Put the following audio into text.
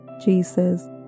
Jesus